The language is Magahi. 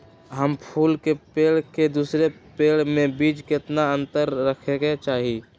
एक फुल के पेड़ के दूसरे पेड़ के बीज केतना अंतर रखके चाहि?